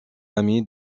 ami